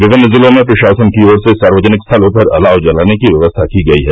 विभिन्न जिलों में प्रशासन की ओर से सार्वजनिक स्थलों पर अलाव जलाने की व्यक्स्था की गयी है